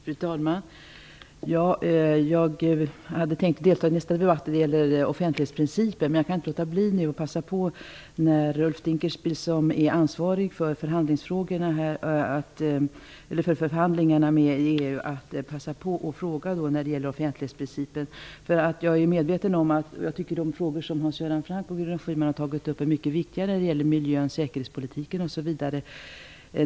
Fru talman! Jag hade tänkt delta i den följande debatten om offentlighetsprincipen, men eftersom Ulf Dinkelspiel är ansvarig för förhandlingarna med EU vill jag passa på att ställa en fråga redan nu. De frågor som Hans Göran Franck och Gudrun Schyman har tagit upp är mycket viktiga, dvs. om miljön, säkerhetspolitiken osv.